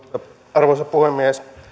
arvoisa puhemies